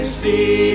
see